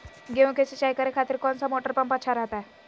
गेहूं के सिंचाई करे खातिर कौन सा मोटर पंप अच्छा रहतय?